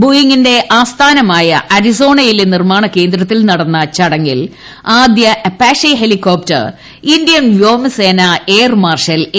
ബോയിങ്ങിന്റെ ആസ്ഥാനമായ അരിസോണയിലെ നിർമാണ കേന്ദ്രത്തിൽ നടന്ന ചടങ്ങിൽ ആദ്യ അപാഷെ ഹെലിക്കോപ്റ്റർ ഇ ന്ത്യൻ വ്യോമസേന എയർ മാർഷൽ എ